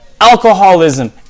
alcoholism